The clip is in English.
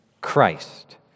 Christ